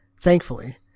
thankfully